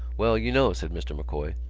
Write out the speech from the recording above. well, you know, said mr. m'coy,